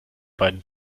beiden